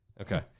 Okay